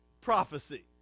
prophecy